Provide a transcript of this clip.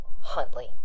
Huntley